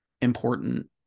important